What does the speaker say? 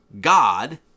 God